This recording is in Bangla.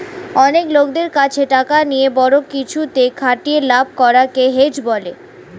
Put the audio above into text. অনেক লোকদের কাছে টাকা নিয়ে বড়ো কিছুতে খাটিয়ে লাভ করা কে হেজ বলে